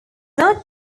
not